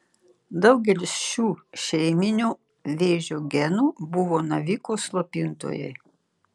daugelis šių šeiminių vėžio genų buvo navikų slopintojai